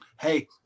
Hey